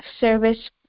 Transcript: Service